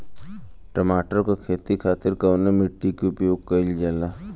टमाटर क खेती खातिर कवने मिट्टी के उपयोग कइलजाला?